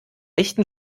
echten